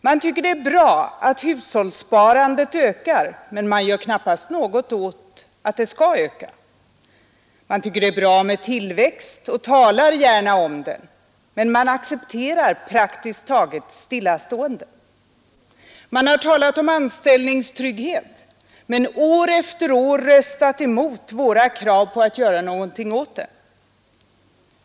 Man tycker det är bra att hushållssparandet ökar men gör knappast något för att det skall öka. Man tycker det är bra med tillväxt och talar gärna om det, men man accepterar praktiskt taget stillastående. Man har talat om anställningstrygghet men år efter år röstat emot våra krav på att göra något åt den.